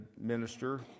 minister